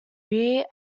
rear